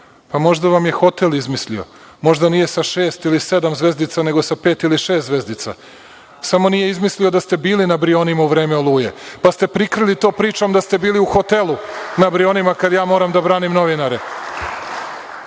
a možda vam je hotel izmislio, možda nije sa šest ili sedam zvezdica nego sa pet ili šest zvezdica, samo nije izmislio da ste bili na Brionima u vreme oluje, pa ste prikrili to pričom da ste bili u hotelu na Brionima, kada ja moram da branim novinare,